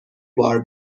بار